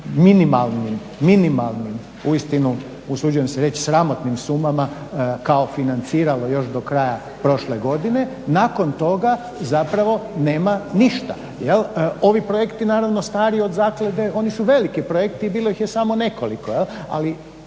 načine minimalnim uistinu, usuđujem se reći sramotnim sumama kao financiralo još do kraja prošle godine, nakon toga zapravo nema ništa. Ovi projekti naravno stari od zaklade oni su veliki projekti i bilo ih je samo nekoliko, ali